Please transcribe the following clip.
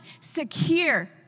secure